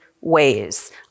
ways